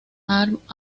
ambos